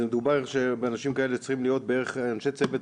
זה מדובר שבאנשים כאלה צריכים להיות אנשי צוות,